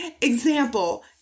example